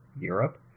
europe